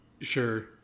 Sure